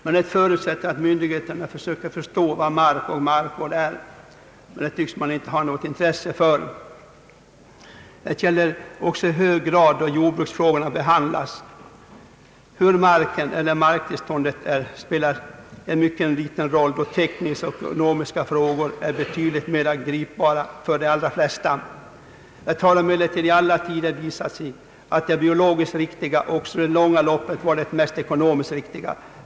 Men det förutsätter att myndigheterna försöker förstå vad mark och markvård är, men det tycks man inte ha något intresse för. Detta gäller också i hög grad då jordbruksfrågorna behandlas. Hur marken eller marktillståndet är spelar en mycket liten roll, de tekniska och ekonomiska frågorna är betydligt mera grip bara för de allra flesta. Det har emellertid i alla tider visat sig att det biologiskt riktiga också i det långa loppet varit det mest ekonomiskt riktiga.